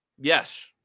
Yes